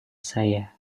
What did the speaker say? saya